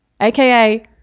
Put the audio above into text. aka